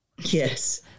Yes